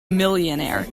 millionaire